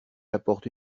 apporte